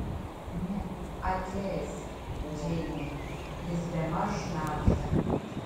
ne atleisk džeine jis bemaž šnabžda